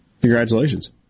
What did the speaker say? Congratulations